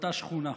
באותה שכונה.